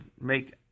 make